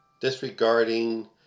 disregarding